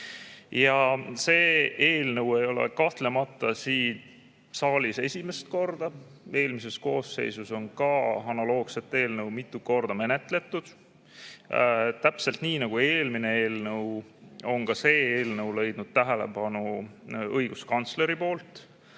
Ja see eelnõu ei ole muidugi siin saalis esimest korda. Eelmises koosseisus on analoogset eelnõu mitu korda menetletud. Ja täpselt nii, nagu eelmine eelnõu, on ka see eelnõu leidnud tähelepanu õiguskantsleri poolt,